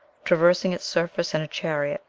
traversing its surface in a chariot,